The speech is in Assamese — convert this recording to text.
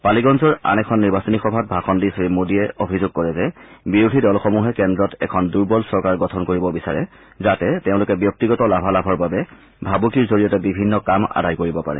পালিগঞ্জৰ আন এখন নিৰ্বাচনী সভাত ভাষণ দি শ্ৰীমোডীয়ে অভিযোগ কৰে যে বিৰোধী দলসমূহে কেন্দ্ৰত এখন দুৰ্বল চৰকাৰ গঠন কৰিব বিচাৰে যাতে তেওঁলোকে ব্যক্তিগত লাভালাভৰ বাবে ভাবুকিৰ জৰিয়তে বিভিন্ন কাম আদায় কৰিব পাৰে